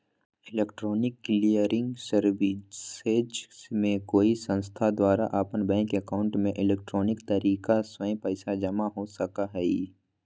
electronic clearing services में कोई संस्थान द्वारा अपन बैंक एकाउंट में इलेक्ट्रॉनिक तरीका स्व पैसा जमा हो सका हइ